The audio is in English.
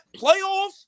Playoffs